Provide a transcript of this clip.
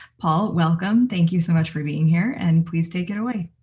paul, welcome, thank you so much for being here and please take it away.